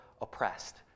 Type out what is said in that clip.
oppressed